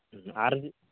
ᱟᱨ